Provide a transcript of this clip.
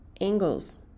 angles